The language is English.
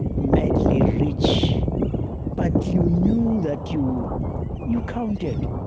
madly rich but you knew that you you counted.